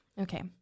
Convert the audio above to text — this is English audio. Okay